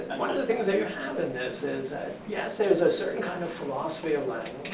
one of the things that you have in this is that, yes, there is a certain kind of philosophy of like